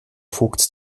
vogts